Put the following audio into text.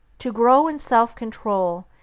to grow in self-control,